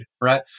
right